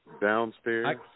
downstairs